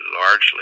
largely